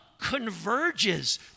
converges